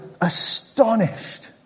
astonished